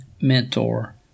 mentor